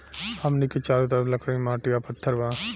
हमनी के चारो तरफ लकड़ी माटी आ पत्थर बा